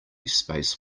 space